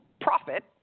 profit